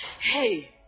Hey